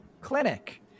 clinic